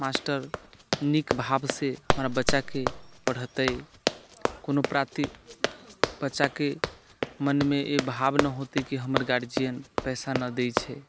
master नीक भावसँ हमरा बच्चाकेँ पढ़ेतै कोनो प्राति बच्चाके मनमे ई भाव न होतै कि हमर गार्जियन पैसा न दैत छै